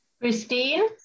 Christine